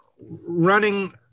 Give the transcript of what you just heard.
running